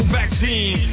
vaccine